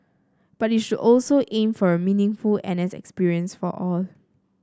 but it should also aim for a meaningful N S experience for all